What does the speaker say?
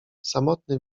samotny